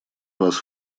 вас